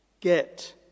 Get